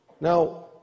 now